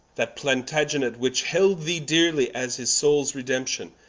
that plantagenet which held thee deerely, as his soules redemption,